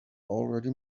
already